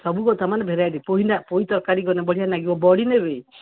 ସବୁ ବର୍ତ୍ତମାନ ଭେରାଇଟି ପୋଇ ନା ପୋଇ ତରକାରୀ କଲେ ବଢ଼ିଆ ଲାଗିବ ବଢ଼ି ନେବି